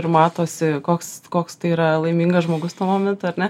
ir matosi koks koks tai yra laimingas žmogus tuo momentu ar ne